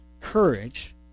courage